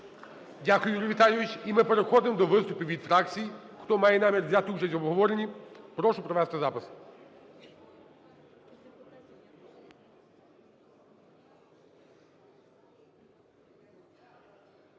Дякую, Юрій Віталійович. І ми переходимо до виступів від фракцій. Хто має намір взяти участь у обговоренні, прошу провести запис.